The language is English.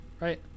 right